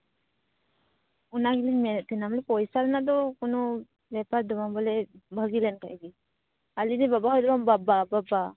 ᱚᱱᱟᱜᱮᱞᱤᱧ ᱢᱮᱱᱮᱫ ᱛᱟᱦᱮᱱᱟ ᱵᱚᱞᱮ ᱵᱷᱟᱜᱮᱞᱮᱱ ᱠᱷᱟᱱ ᱜᱮ ᱟᱹᱞᱤᱧᱨᱮᱱ ᱵᱟᱵᱟ ᱦᱚᱲ ᱫᱚ ᱵᱟᱝ ᱵᱟᱵᱟ ᱵᱟᱵᱟ